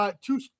Two